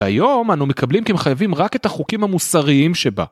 היום אנו מקבלים כמחייבים רק את החוקים המוסריים שבה.